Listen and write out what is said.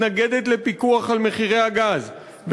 מתנגדת לפיקוח על מחירי הגז,